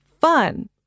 fun